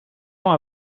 ans